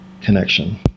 connection